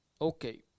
okay